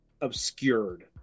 obscured